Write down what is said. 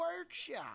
Workshop